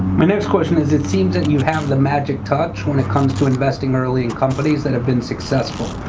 my next question is it seems that you have the magic touch when it comes to investing early in companies that have been successful.